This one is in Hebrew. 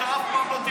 אף פעם.